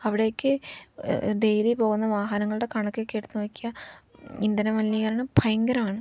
അവിടെയൊക്കെ ഡെയ്ലി പോകുന്ന വാഹനങ്ങളുടെ കണക്കൊക്കെ എടുത്തു നോക്കിയാൽ ഇന്ധനമലിനീകരണം ഭയങ്കരമാണ്